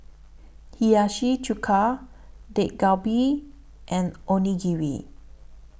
Hiyashi Chuka Dak Galbi and Onigiri